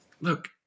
look